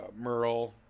Merle